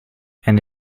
and